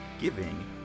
giving